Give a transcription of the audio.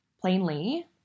Plainly